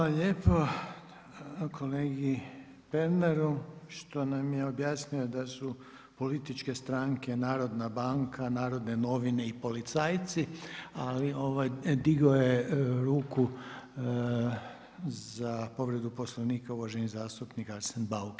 Hvala lijepo kolegi Pernaru što nam je objasnio da su političke stranke Narodna banka, Narodne novine i policajci, ali digao je ruku za povredu Poslovnika uvaženi zastupnik Arsen Bauk.